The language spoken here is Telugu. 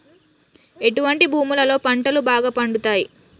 ఎటువంటి భూములలో పంటలు బాగా పండుతయ్?